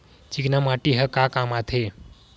चिकना माटी ह का काम आथे?